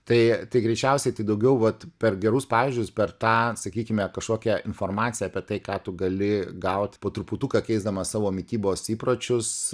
tai tai greičiausiai tai daugiau vat per gerus pavyzdžius per tą sakykime kažkokią informaciją apie tai ką tu gali gaut po truputuką keisdamas savo mitybos įpročius